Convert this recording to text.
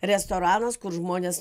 restoranas kur žmonės